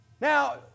Now